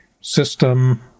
system